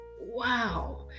Wow